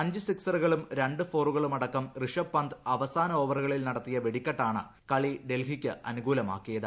അഞ്ച് സിക്സറുകളും രണ്ട് ഫോറുകളും അടക്കം ഋഷഭ് പന്ത് അവസാന ഓവറുകളിൽ നടത്തിയ വെടിക്കെട്ടാണ് കളി ഡൽഹിക്ക് അനുകൂലമാക്കിയത്